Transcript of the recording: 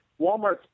Walmart